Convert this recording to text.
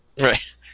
Right